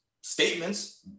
statements